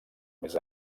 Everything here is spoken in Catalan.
més